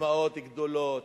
ססמאות גדולות